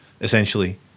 essentially